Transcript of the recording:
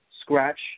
scratch